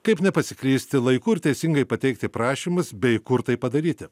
kaip nepasiklysti laiku ir teisingai pateikti prašymus bei kur tai padaryti